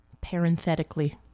Parenthetically